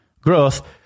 growth